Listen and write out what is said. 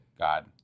God